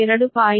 44 2